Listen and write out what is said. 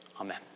Amen